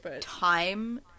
time